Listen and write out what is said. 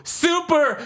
super